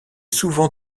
souvent